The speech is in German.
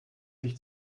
sich